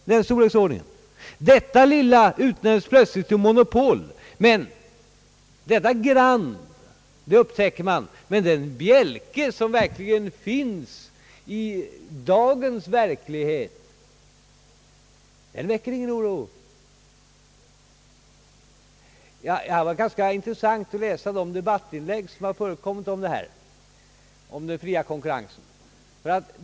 Detta lilla företag utnämns plötsligt till monopol, men den bjälke som finns i dagens verklighet väcker ingen oro. Det var ganska intressant att läsa de debattinlägg, som har förekommit om den fria konkurrensen på detta område.